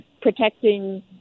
protecting